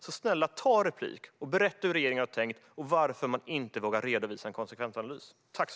Så, snälla: Ta replik! Berätta hur regeringen har tänkt och varför man inte vågar redovisa en konsekvensanalys.